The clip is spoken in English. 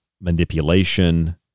manipulation